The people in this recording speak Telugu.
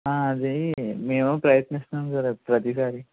ఆ అది మేము ప్రయత్నిస్తున్నాం కదా ప్రతిసారి